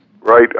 Right